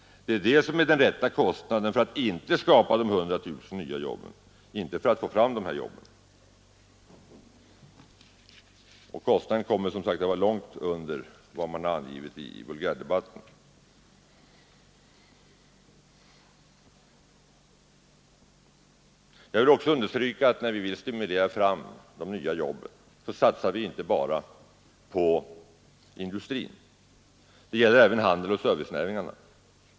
Det är alltså vad det kostar att inte skapa 100 000 nya arbetstillfällen. Kostnaden för att skapa nya arbeten kommer däremot att ligga långt under den summa som har angivits i vulgärdebatten. Jag vill också understryka att när vi vill stimulera fram nya arbeten så satsar vi inte bara på industrin utan även på handeln och servicenäringarna.